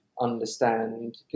understand